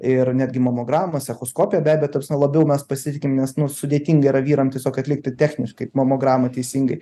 ir netgi mamogramas echoskopija be abejo ta prasme labiau mes pasitikim nes nu sudėtinga yra vyram tiesiog atlikti techniškai mamogramą teisingai